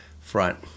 Front